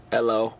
Hello